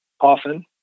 often